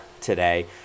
today